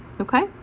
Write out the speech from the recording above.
Okay